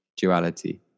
duality